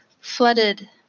flooded